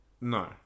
No